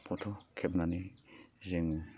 फटक खेबनानै जोङो